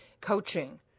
coaching